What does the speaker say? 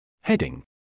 Heading